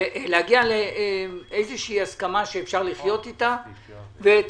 להגיע לאיזושהי הסכמה שאפשר לחיות אתה ותחזרו